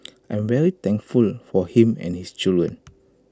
I'm very thankful for him and his children